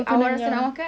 saya makan